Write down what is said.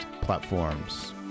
platforms